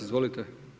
Izvolite.